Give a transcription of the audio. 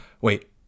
Wait